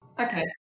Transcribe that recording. Okay